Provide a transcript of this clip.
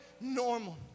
normal